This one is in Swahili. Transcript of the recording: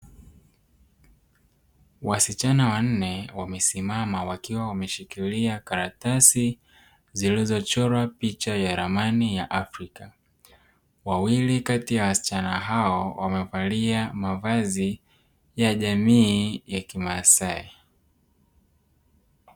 Wasichana wanne wamesimama wakiwa wameshikilia karatasi zilizochorwa picha ya ramani ya Afrika. Wawili kati ya wasichana hao wamevalia mavazi ya jamii ya kimaasai.